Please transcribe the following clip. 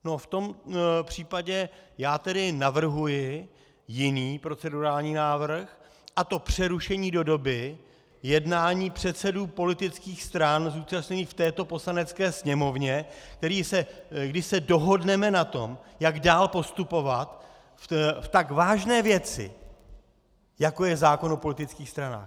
No, v tom případě já tedy navrhuji jiný procedurální návrh, a to přerušení do doby jednání předsedů politických stran zúčastněných v této Poslanecké sněmovně, kdy se dohodneme na tom, jak dál postupovat v tak vážné věci, jako je zákon o politických stranách.